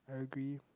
I agree